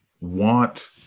want